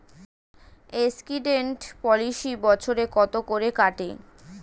Accident policy বছরে কত করে কাটে?